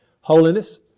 Holiness